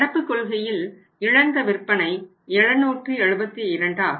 நடப்பு கொள்கையில் இழந்த விற்பனை 772 ஆகும்